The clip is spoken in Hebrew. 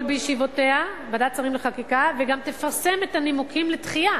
בישיבותיה וגם תפרסם את הנימוקים לדחייה.